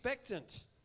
Expectant